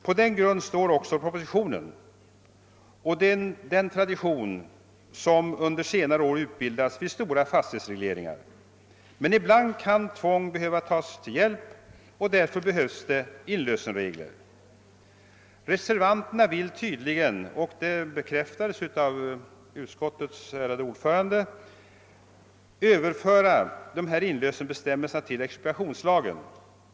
På denna grundval bygger också propositionen och den tradition som under senare år utbildats vid stora fastighetsregleringar. Men ibland kan tvång behöva tas till hjälp, och därför fordras det inlösenregler. Reservanterna vill tydligen — och det bekräftades av utskottets ärade ordförande — överföra dessa inlösenbestämmelser till expropriationslagen.